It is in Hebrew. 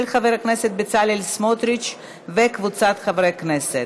של חבר הכנסת בצלאל סמוטריץ וקבוצת חברי הכנסת.